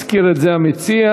הזכיר את זה המציע.